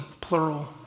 plural